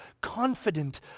Confident